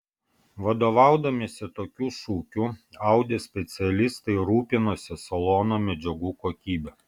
vadovaudamiesi tokiu šūkiu audi specialistai rūpinosi salono medžiagų kokybe